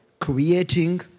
Creating